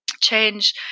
change